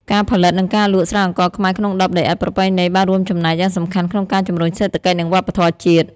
ការផលិត និងការលក់ ស្រាអង្ករខ្មែរក្នុងដបដីឥដ្ឋប្រពៃណី បានរួមចំណែកយ៉ាងសំខាន់ក្នុងការជំរុញសេដ្ឋកិច្ច និងវប្បធម៌ជាតិ។